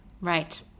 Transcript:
Right